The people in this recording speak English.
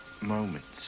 moments